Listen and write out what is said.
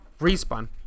Respawn